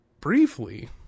briefly